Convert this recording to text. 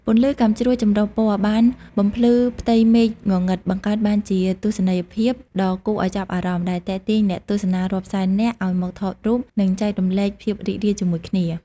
ពន្លឺកាំជ្រួចចម្រុះពណ៌បានបំភ្លឺផ្ទៃមេឃងងឹត បង្កើតបានជាទស្សនីយភាពដ៏គួរឲ្យចាប់អារម្មណ៍ ដែលទាក់ទាញអ្នកទស្សនារាប់សែននាក់ឲ្យមកថតរូប និងចែករំលែកភាពរីករាយជាមួយគ្នា។